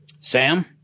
Sam